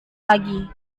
lagi